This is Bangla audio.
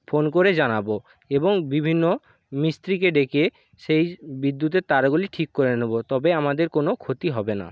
ফোন করে জানাবো এবং বিভিন্ন মিস্ত্রীকে ডেকে সেই বিদ্যুতের তারগুলি ঠিক করে নেব তবে আমাদের কোনো ক্ষতি হবে না